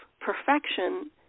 perfection